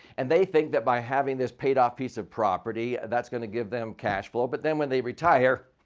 and they think that by having this paid off piece of property, that's going to give them cash flow. but then when they retire,